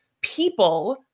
people